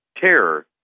Terror